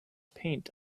paint